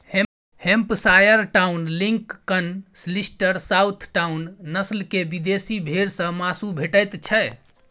Hampshire town, Lincoln, Leicester, south town, नस्ल केर विदेशी भेंड़ सँ माँसु भेटैत छै